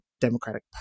Democratic